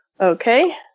Okay